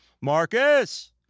Marcus